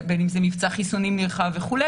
בין אם זה מבצע חיסונים נרחב וכו',